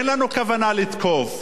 אין לנו כוונה לתקוף,